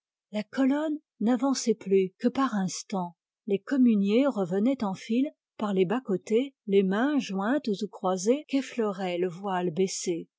la colonne n'avançait plus que par instant les communiées revenaient en file par les bas côtés les mains jointes ou croisées qu'effleurait le voile baissé